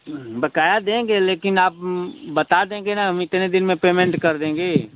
बकाया देंगे लेकिन आप बता देंगे कि हम इतने दिन में पेमेंट कर देंगे